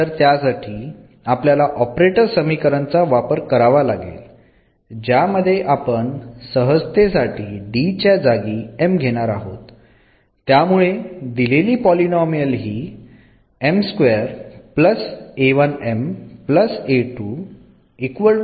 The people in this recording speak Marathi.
तर त्यासाठी आपल्याला ऑपरेटर समीकरण चा वापर करावा लागेल ज्यामध्ये आपण सहजते साठी D च्या जागी m घेणार आहोत त्यामुळे दिलेली पॉलीनोमियल ही